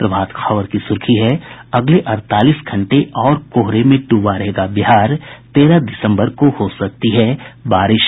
प्रभात खबर की सुर्खी है अगले अड़तालीस घंटे और कोहरे में ड्रबा रहेगा बिहार तेरह दिसम्बर को हो सकती है बारिश